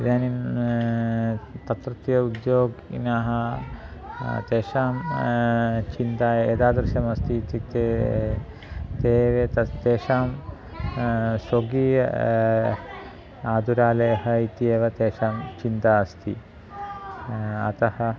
इदानीं तत्रत्याः उद्योगिनः तेषां चिन्ता एतादृशी अस्ति इत्युक्ते ते तत् तेषां सोगीय आतुरालयः इत्येव तेषां चिन्ता अस्ति अतः